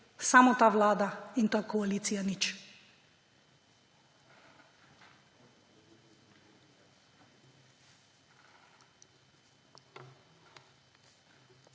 samo ta vlada in ta koalicija nič.